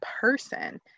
person